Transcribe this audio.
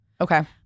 Okay